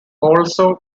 also